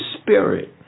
spirit